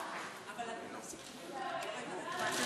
גברתי.